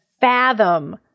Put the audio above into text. fathom